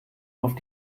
auf